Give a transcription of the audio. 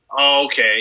okay